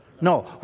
No